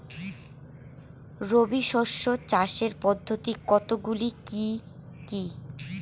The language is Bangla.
রবি শস্য চাষের পদ্ধতি কতগুলি কি কি?